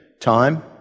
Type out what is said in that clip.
time